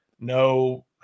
No